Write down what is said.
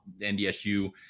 NDSU